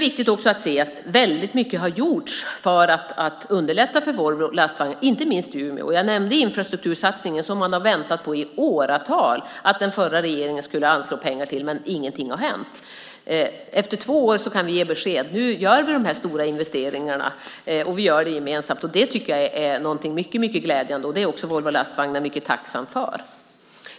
Väldigt mycket har gjorts för att underlätta för Volvo Lastvagnar, inte minst i Umeå. Jag nämnde infrastruktursatsningen. Man hade väntat i åratal på att den förra regeringen skulle anslå pengar, men ingenting hade hänt. Efter två år kan vi ge besked att vi nu gör stora investeringar. Det tycker jag är mycket glädjande, och det är man också på Volvo Lastvagnar mycket tacksam för.